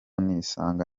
nisanga